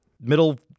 Middle